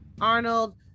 Arnold